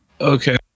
okay